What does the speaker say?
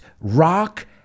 rock